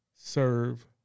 serve